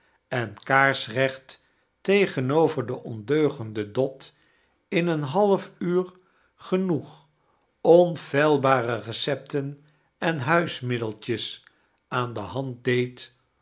en kaarsrecht tegenoveir de ondeugende dot in een half uur genoeg onfehbare recepten en huismiddeltjes aan de hand